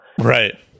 Right